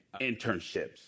internships